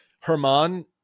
Herman